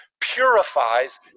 purifies